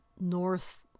north